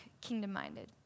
kingdom-minded